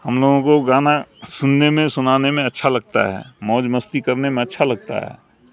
ہم لوگوں کو گانا سننے میں سنانے میں اچھا لگتا ہے موج مستی کرنے میں اچھا لگتا ہے